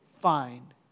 find